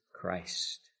Christ